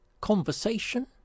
Conversation